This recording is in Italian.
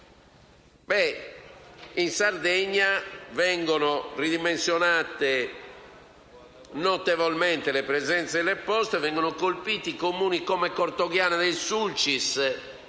In Sardegna viene ridimensionata notevolmente la presenza delle Poste e vengono colpiti Cortoghiana del Sulcis,